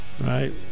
Right